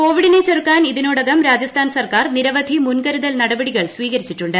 കോവിഡിനെ ചെറുക്കാൻ ഇതിനോടകം രാജസ്ഥാൻ സർക്കാർ നിരവധി മുൻകരുതൽ നടപടികൾ സ്വീകരിച്ചിട്ടുണ്ട്